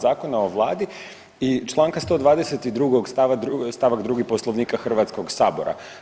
Zakona o vladi i Članka 122. stavak 2. Poslovnika Hrvatskog sabora.